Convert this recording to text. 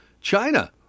China